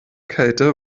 kälte